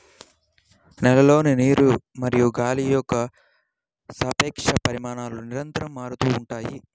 నేలలోని నీరు మరియు గాలి యొక్క సాపేక్ష పరిమాణాలు నిరంతరం మారుతూ ఉంటాయి